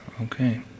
Okay